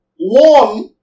one